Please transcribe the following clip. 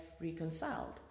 reconciled